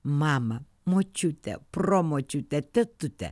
mamą močiutę pro močiutę tetutę